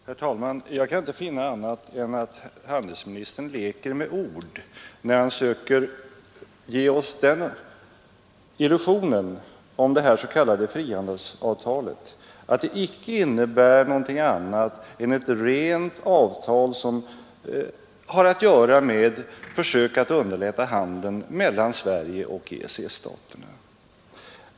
Herr talman! Jag kan inte finna annat än att handelsministern leker med ord, när han söker skapa illusionen att det s.k. frihandelsavtalet icke innebär någonting annat än ett försök att underlätta handeln mellan Sverige och EEC-staterna.